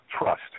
trust